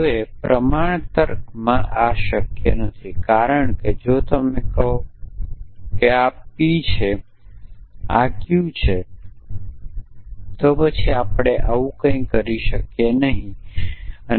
હવે પ્રમાણ તર્કમાં આ શક્ય નથી કારણ કે જો તમે કહો છો કે આ P છે તે Q છે તો પછી આપણે કરી શકીએ એવું કંઈ નથી